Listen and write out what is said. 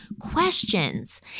questions